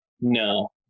no